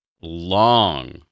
long